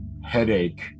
headache